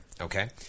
Okay